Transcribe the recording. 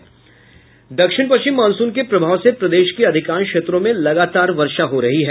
दक्षिण पश्चिम मॉनसून के प्रभाव से प्रदेश के अधिकांश क्षेत्रों में लगातार वर्षा हो रही है